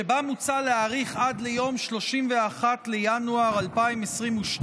שבה מוצע להאריך עד ליום 31 בינואר 2022,